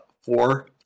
four